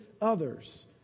others